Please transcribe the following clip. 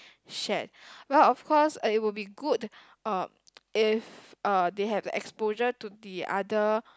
shared well of course uh it will be good um if uh they have exposure to the other